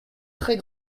très